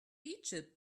egypt